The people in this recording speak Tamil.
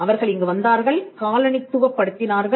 அவர்கள் இங்கு வந்தார்கள் காலனித்துவப் படுத்தினார்கள்